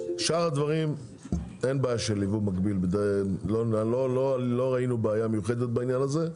בשאר הדברים אין בעיה של יבוא מקביל; לא ראינו בעיה מיוחדת בעניין הזה.